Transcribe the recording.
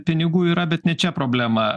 pinigų yra bet ne čia problema